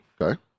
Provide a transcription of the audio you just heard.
Okay